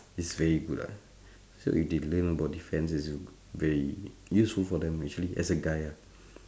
it's very good ah so they they learn about defence is very useful for them actually as a guy lah]